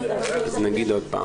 אני אומר עוד פעם.